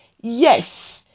Yes